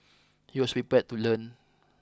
he was prepared to learn